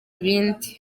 ibindi